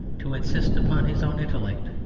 to insist upon his own intellect,